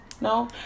no